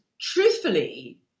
truthfully